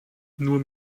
nur